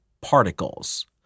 particles